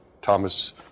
Thomas